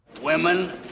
Women